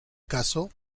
caso